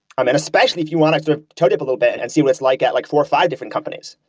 um and especially, if you want to toe dip a little bit and see what it's like at like four or five different companies.